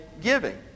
giving